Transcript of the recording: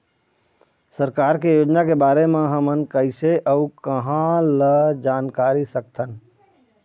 सरकार के योजना के बारे म हमन कैसे अऊ कहां ल जानकारी सकथन?